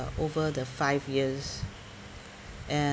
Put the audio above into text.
over the five years and